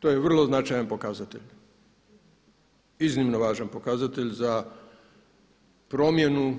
To je vrlo značajan pokazatelj, iznimno važan pokazatelj za promjenu